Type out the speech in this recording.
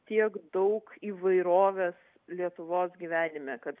tiek daug įvairovės lietuvos gyvenime kad